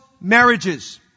marriages